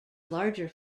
larger